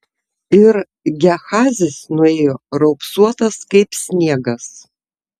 ir gehazis nuėjo raupsuotas kaip sniegas